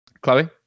Chloe